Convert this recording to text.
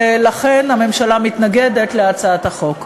ולכן הממשלה מתנגדת להצעת החוק.